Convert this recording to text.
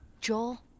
Joel